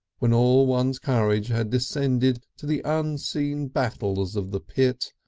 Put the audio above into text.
when all one's courage had descended to the unseen battles of the pit,